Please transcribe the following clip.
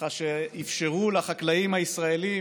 שככה אפשרו לחקלאים הישראלים